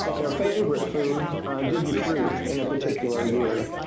their favorite food didn't fruit in a particular year.